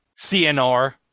CNR